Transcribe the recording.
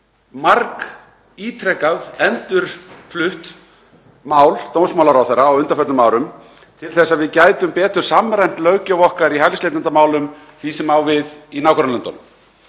margítrekað endurflutt mál dómsmálaráðherra á undanförnum árum til þess að við gætum betur samræmt löggjöf okkar í hælisleitendamálum því sem á við í nágrannalöndunum.